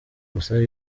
gusa